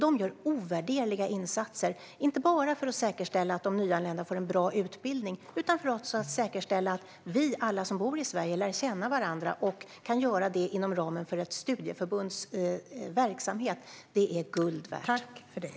De gör ovärderliga insatser för att säkerställa inte bara att de nyanlända får en bra utbildning utan också att alla vi som bor i Sverige lär känna varandra och kan göra det inom ramen för ett studieförbunds verksamhet. Det är guld värt.